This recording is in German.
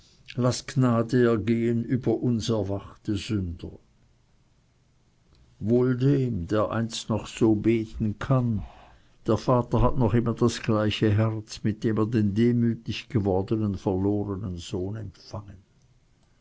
laß gnade ergehen über uns erwachte sünder wohl dem der einst noch so beten kann der vater hat noch immer das gleiche herz mit dem er den demütig gewordenen verlorenen sohn empfangen